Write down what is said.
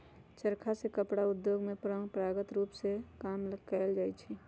चरखा से कपड़ा उद्योग में परंपरागत रूप में काम कएल जाइ छै